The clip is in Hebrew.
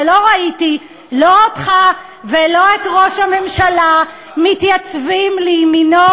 אבל לא ראיתי לא אותך ולא את ראש הממשלה מתייצבים לימינו,